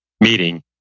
meeting